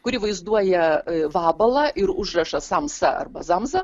kuri vaizduoja vabalą ir užrašą samas arba zamza